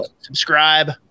subscribe